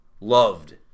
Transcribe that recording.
loved